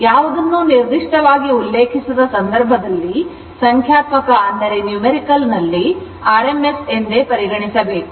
ಯಾವುದನ್ನೂ ನಿರ್ದಿಷ್ಟವಾಗಿ ಉಲ್ಲೇಖಿಸದ ಸಂದರ್ಭದಲ್ಲಿ ಸಂಖ್ಯಾತ್ಮಕ ದಲ್ಲಿ rms ಎಂದು ಪರಿಗಣಿಸಬೇಕು